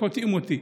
שקוטעים אותי.